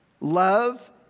Love